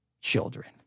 children